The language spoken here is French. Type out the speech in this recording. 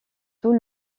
tout